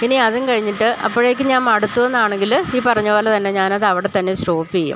ഇനി അതും കഴിഞ്ഞിട്ട് അപ്പോഴേക്കും ഞാൻ മടുത്തു എന്നാണെങ്കിൽ ഈ പറഞ്ഞത് പോല തന്നെ ഞാൻ അതവിടെ തന്നെ സ്റ്റോപ്പ് ചെയ്യും